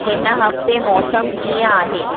हिन हफ़्ते मौसमु कीअं आहे